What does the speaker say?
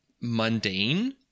mundane